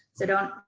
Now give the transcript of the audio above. so, don't,